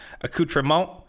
accoutrement